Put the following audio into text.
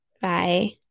Bye